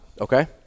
Okay